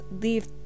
leave